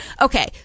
Okay